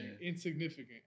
Insignificant